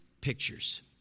pictures